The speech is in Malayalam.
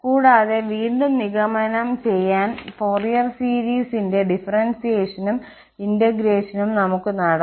കൂടാതെ വീണ്ടും നിഗമനം ചെയ്യാൻ ഫോറിയർ സീരീസിന്റെ ഡിഫറെൻസിയേഷനും ഇന്റഗ്രേഷനും നമുക്ക് നടത്താം